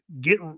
get